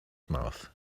mouth